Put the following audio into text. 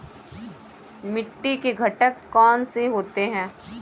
मिट्टी के घटक कौन से होते हैं?